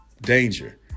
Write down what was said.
danger